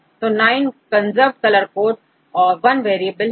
तो 9 conserved colour code और1 variable है